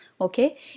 Okay